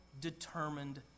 determined